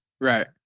Right